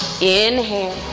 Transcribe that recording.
Inhale